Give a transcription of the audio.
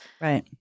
Right